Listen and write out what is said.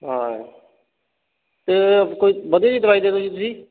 ਹਾਂ ਅਤੇ ਕੋਈ ਵਧੀਆ ਜੀ ਦਵਾਈ ਦੇ ਦਿਉ ਜੀ ਤੁਸੀਂ